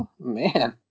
man